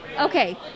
okay